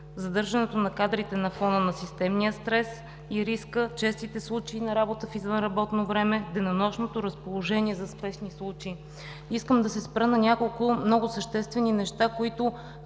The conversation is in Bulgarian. задържането на кадрите на фона на системния стрес и риска, честите случаи на работа в извънработно време, денонощното разположение за спешни случаи. Искам да се спра на няколко много съществени неща, които